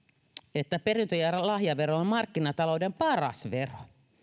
perintö ja lahjavero on markkinatalouden paras vero